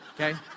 okay